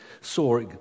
saw